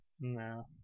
No